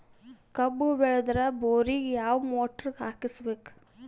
ಕಬ್ಬು ಬೇಳದರ್ ಬೋರಿಗ ಯಾವ ಮೋಟ್ರ ಹಾಕಿಸಬೇಕು?